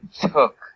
took